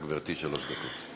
בבקשה, גברתי, שלוש דקות.